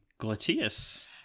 gluteus